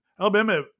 Alabama